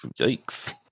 yikes